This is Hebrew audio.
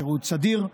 שירות סדיר,